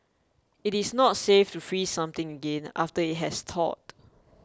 it is not safe to freeze something again after it has thawed